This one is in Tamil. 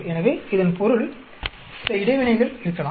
எனவே இதன் பொருள் சில இடைவினைகள் இருக்கலாம்